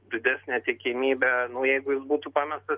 didesnė tikimybė nu jeigu jis būtų pamestas